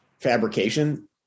fabrication